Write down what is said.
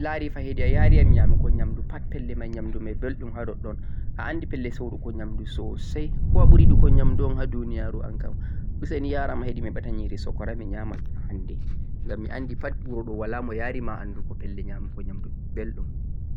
ammaa fa mi laari fa heedi a ya'ri yam ya mu go nyaamndu pat pelle may nyaamndu may bellum ha ɗoɗɗon. A anndi pelle soorugo nyaamndu soosay ko a ɓuri yiɗugo nyaamndu un ha duuniyaaru ankam?, useni ya ram ha mi heɓeta yiri sokora mi yaman hannde ngam mi anndi pat wuro ɗo walaa mo mo ya ri ma anndugo pelle yamugo belɗum.